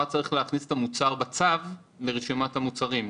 צריך להכניס את המוצר בצו ברשימת המוצרים,